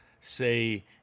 say